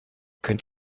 könnt